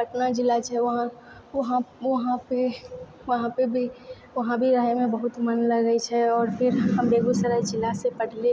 पटना जिला छै वहांँ वहांँ वहांँ पे वहांँ पे भी वहांँ भी रहैमे बहुत मन लागै छै और फेर हम बेगूसराय जिला से पढ़लियै